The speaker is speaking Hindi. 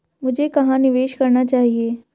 मुझे कहां निवेश करना चाहिए?